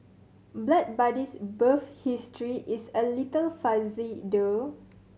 Blood Buddy's birth history is a little fuzzy